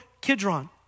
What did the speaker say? Kidron